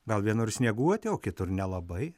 gal vienur snieguoti o kitur nelabai